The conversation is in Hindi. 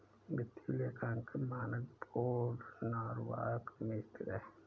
वित्तीय लेखांकन मानक बोर्ड नॉरवॉक में स्थित है